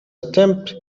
attempt